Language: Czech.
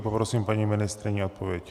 Poprosím paní ministryni o odpověď.